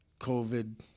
covid